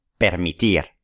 permitir